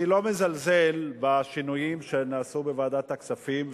אני לא מזלזל בשינויים שנעשו בוועדת הכספים,